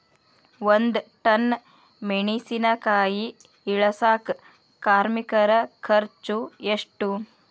ಒಂದ್ ಟನ್ ಮೆಣಿಸಿನಕಾಯಿ ಇಳಸಾಕ್ ಕಾರ್ಮಿಕರ ಖರ್ಚು ಎಷ್ಟು?